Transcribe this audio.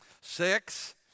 Six